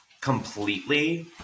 completely